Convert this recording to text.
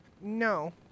No